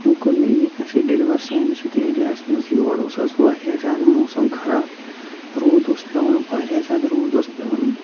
أمۍ کوٚر مےٚ ییٚتنَس یہِ ڈیٚلِوَر سٲنِس یتھ ایریا ہس منٛز یوٗر اوس آز واریاہ زیادٕ موسم خراب روٗد اوس پیٚوان واریاہ زیادٕ روٗد اوس پیٚوان